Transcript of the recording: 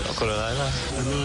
רבה.